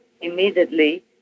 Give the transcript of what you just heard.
immediately